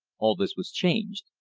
all this was changed.